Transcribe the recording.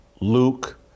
Luke